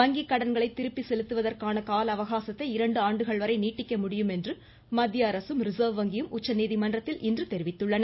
வங்கி கடன்களை திருப்பி செலுத்துவதற்கான கால அவகாசத்தை இரண்டு ஆண்டுகள்வரை நீட்டிக்க முடியும் என்று மத்தியஅரசும் ரிஸர்வ் வங்கியும் உச்சநீதிமன்றத்தில் இன்று தெரிவித்துள்ளன